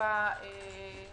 השפה